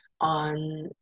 on